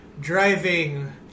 driving